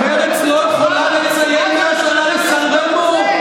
מרצ לא יכולה לציין 100 שנה לסן רמו?